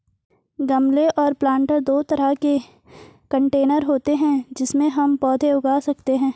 गमले और प्लांटर दो तरह के कंटेनर होते है जिनमें हम पौधे उगा सकते है